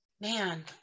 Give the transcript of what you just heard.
man